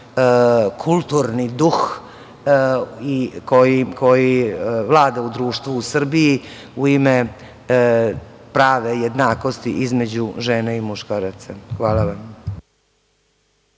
kulturni duh koji vlada u društvu u Srbiji, u ime prave jednakosti između žena i muškaraca. Hvala vam.